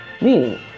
Meaning